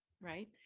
right